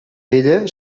ella